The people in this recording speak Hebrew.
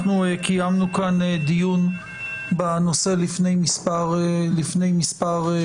אנחנו קיימנו כאן דיון בנושא לפני מספר שבועות,